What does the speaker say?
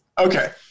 okay